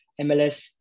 MLS